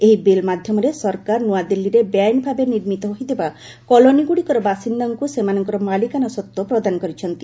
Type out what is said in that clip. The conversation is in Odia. ଏହି ବିଲ୍ ମାଧ୍ୟମରେ ସରକାର ନୂଆଦିଲ୍ଲୀରେ ବେଆଇନ ଭାବେ ନିର୍ମିତ ହୋଇଥିବା କଲୋନିଗୁଡ଼ିକର ବାସିନ୍ଦାଙ୍କୁ ସେମାନଙ୍କର ମାଲିକାନା ସତ୍ତ୍ୱ ପ୍ରଦାନ କରିଛନ୍ତି